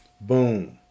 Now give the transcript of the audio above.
boom